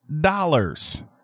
dollars